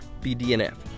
BDNF